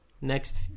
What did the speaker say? Next